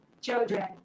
children